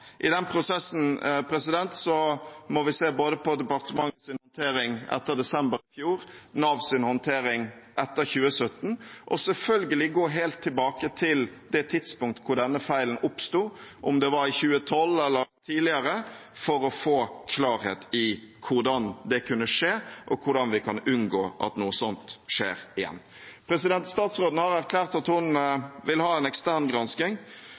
I den prosessen må vi se både på departementets håndtering etter desember i fjor, Navs håndtering etter 2017 og selvfølgelig gå helt tilbake til det tidspunktet hvor denne feilen oppsto, om det var i 2012 eller tidligere, for å få klarhet i hvordan det kunne skje, og hvordan vi kan unngå at noe sånt skjer igjen. Statsråden har erklært at hun vil ha en